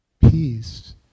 peace